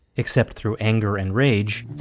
except through anger and rage,